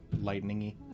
lightning-y